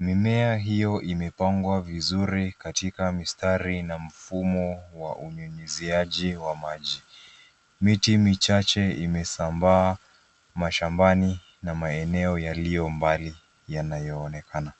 Mimea hiyo imepangwa vizuri katika mistari na mfumo wa unyunyuziaji wa maji. Miti michache imesambaa mashambani na maeneo yaliyo mbali yanayoonekana.